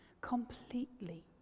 completely